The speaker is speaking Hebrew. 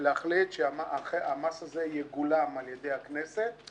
והחלטה שהמס הזה יגולם על ידי הכנסת,